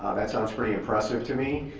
that sounds pretty impressive to me,